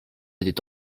était